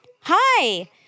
Hi